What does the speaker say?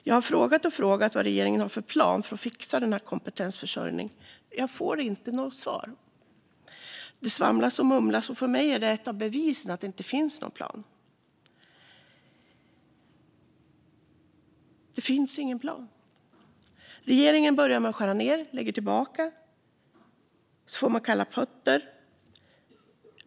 Jag har frågat och frågat vad regeringen har för plan för att fixa denna kompetensförsörjning, men jag får inte något svar. Det svamlas och mumlas, och för mig är detta ett av bevisen för att det inte finns någon plan. Regeringen börjar med att skära ned och får sedan kalla fötter och lägger tillbaka.